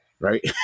Right